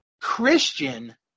Christian